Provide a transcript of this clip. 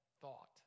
thought